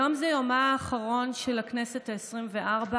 היום זה יומה האחרון של הכנסת העשרים-וארבע,